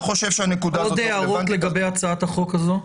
עוד הערות לגבי הצעת החוק הזאת?